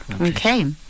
Okay